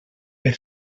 per